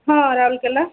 ହଁ ରାଉରକେଲା